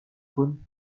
pun